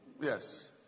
Yes